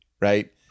right